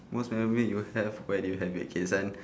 most memory you have why do you have it K this one